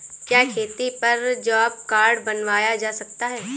क्या खेती पर जॉब कार्ड बनवाया जा सकता है?